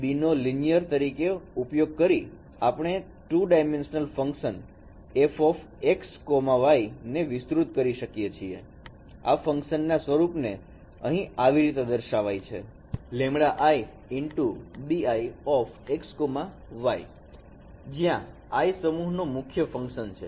B નો linear તરીકે ઉપયોગ કરી આપણે 2 ડાયમેન્શનલ ફંકશન fxy ને વિસ્તૃત કરી શકીએ છીએ આ ફંકશન ના સ્વરૂપ ને અહીં આવી રીતે દર્શાવાય છે λi × bi x y અને જ્યાં i સમૂહ નો મુખ્ય ફંકશન છે